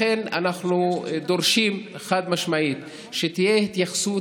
לכן אנחנו דורשים חד-משמעית שתהיה התייחסות